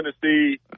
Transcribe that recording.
Tennessee